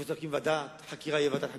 אם צריך להקים ועדת חקירה, תהיה ועדת חקירה.